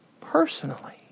personally